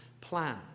plan